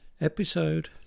Episode